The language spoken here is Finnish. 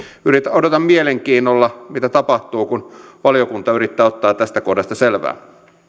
odotan mielenkiinnolla mitä tapahtuu kun valiokunta yrittää ottaa tästä kohdasta selvää